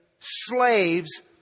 slaves